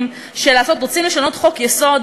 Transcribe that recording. של לעשות רוצים לשנות חוק-יסוד,